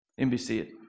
NBC